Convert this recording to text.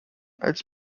als